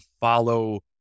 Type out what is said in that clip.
follow